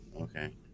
okay